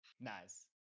Nice